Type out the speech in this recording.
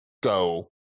go